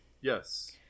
Yes